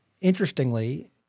interestingly